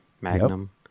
Magnum